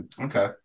Okay